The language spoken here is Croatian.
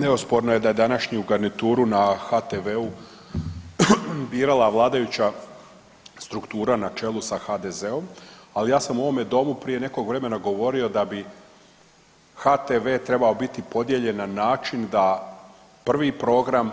Neosporno je da je današnju garnituru na HTV-u birala vladajuća struktura na čelu sa HDZ-o, ali ja sam u ovome domu prije nekog vremena govorio da bi HTV trebao biti podijeljen na način da prvi program